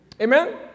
Amen